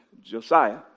Josiah